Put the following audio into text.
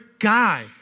guy